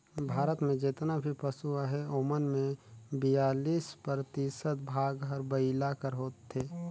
भारत में जेतना भी पसु अहें ओमन में बियालीस परतिसत भाग हर बइला कर होथे